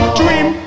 dream